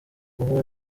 uwo